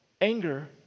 anger